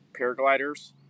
paragliders